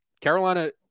Carolina